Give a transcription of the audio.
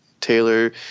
Taylor